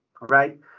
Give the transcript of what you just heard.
right